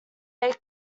make